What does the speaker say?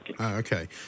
Okay